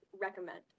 Recommend